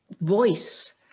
voice